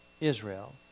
Israel